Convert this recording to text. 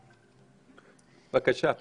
בבקשה.